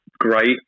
great